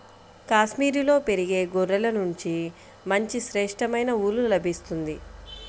కాశ్మీరులో పెరిగే గొర్రెల నుంచి మంచి శ్రేష్టమైన ఊలు లభిస్తుంది